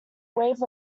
wave